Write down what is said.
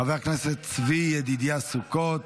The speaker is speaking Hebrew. חבר הכנסת צבי ידידיה סוכות,